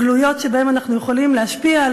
גלויות שבהן אנחנו יכולים להשפיע על